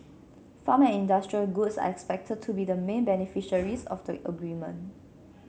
farm and industrial goods are expected to be the main beneficiaries of the agreement